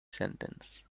sentence